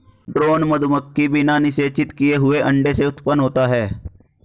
drone मधुमक्खी बिना निषेचित किए हुए अंडे से उत्पन्न होता है